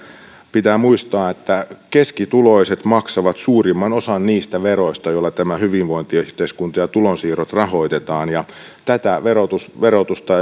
pitää muistaa että keskituloiset maksavat suurimman osan niistä veroista joilla tämä hyvinvointiyhteiskunta ja tulonsiirrot rahoitetaan tätä verotusta verotusta